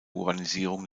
urbanisierung